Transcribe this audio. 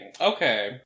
Okay